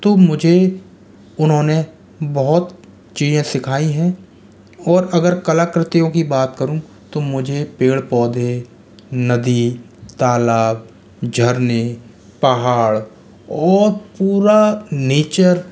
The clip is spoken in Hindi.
तो मुझे उन्होंने बहुत चीज़ें सिखायी हैं और अगर कलाकृतियों की बात करूँ तो मुझे पेड़ पौधे नदी तालाब झरने पहाड़ और पूरा नेचर